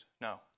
No